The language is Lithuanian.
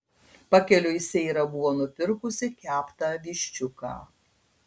pakeliui seira buvo nupirkusi keptą viščiuką